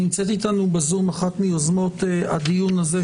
נמצאת איתנו בזום אחת מיוזמות הדיון הזה,